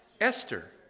Esther